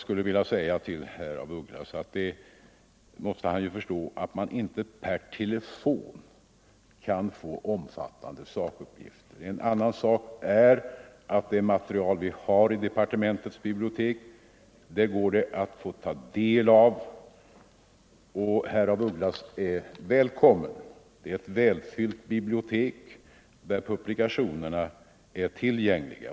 Herr af Ugglas måste förstå att man inte per telefon kan få omfattande sakuppgifter. En annan sak är att det material vi har i departementets bibliotek står till förfogande, och herr af Ugglas är välkommen dit. Det är ett välfyllt bibliotek, där publikationerna är tillgängliga.